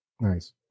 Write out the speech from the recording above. Nice